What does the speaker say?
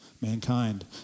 mankind